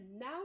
now